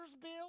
bill